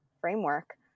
framework